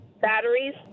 Batteries